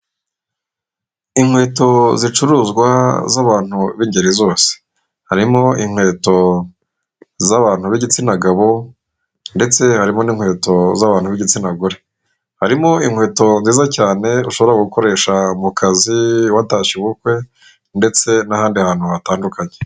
Inkweto zicuruzwa z'abantu b'ingeri zose, harimo inkweto z'abantu b'igitsina gabo ndetse harimo n'inkweto z'abantu b'igitsina gore, harimo inkweto nziza cyane ushobora gukoresha mu kazi, watashye ubukwe ndetse n'ahandi hantu hatandukanye.